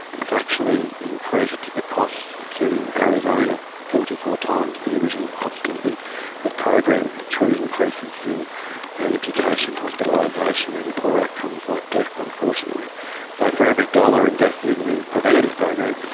it's actually increased the cost to arizona forty four times the original cost of the the program through increases in amputation, hospitalisation and poorer outcomes, like death unfortunately. so for every dollar invested in the preventative program,